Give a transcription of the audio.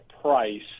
price